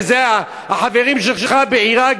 וזה החברים שלך בעיראק,